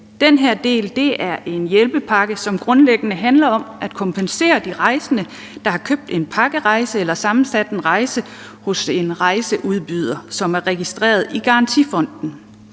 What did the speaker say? Den her del er en hjælpepakke, som grundlæggende handler om at kompensere de rejsende, der har købt en pakkerejse eller sammensat en rejse hos en rejseudbyder, som er registreret i Rejsegarantifonden.